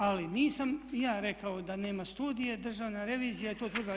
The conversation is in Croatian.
Ali nisam ja rekao da nema studije, Državna revizija je to tvrdila.